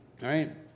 right